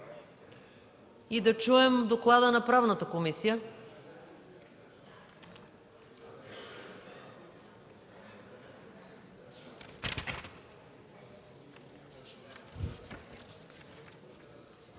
да чуем доклада на Правната комисия.